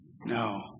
No